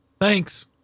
Thanks